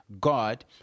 God